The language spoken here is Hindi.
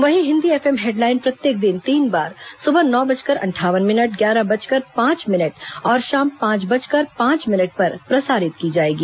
वहीं हिन्दी एफएम हेडलाइन प्रत्येक दिन तीन बार सुबह नौ बजकर अंठावन मिनट ग्यारह बजकर पांच मिनट और शाम पांच बजकर पांच मिनट पर प्रसारित की जाएगी